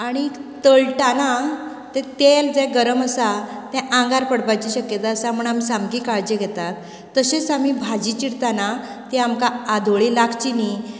आनी तळटना ते तेल जें गरम आसा तें आंगार पडपाची शक्यता आसता म्हूण आमी काळजी घेतात तशीच आमी भाजी चिरतना ती आमकां आदोळी लागची नी